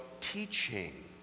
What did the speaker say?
teaching